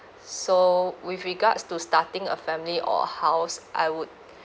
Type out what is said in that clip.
so with regards to starting a family or a house I would